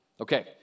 Okay